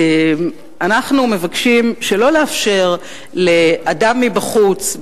אנחנו מבקשים שלא לאפשר לאדם מבחוץ,